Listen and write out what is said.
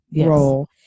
role